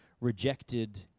rejected